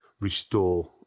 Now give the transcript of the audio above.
restore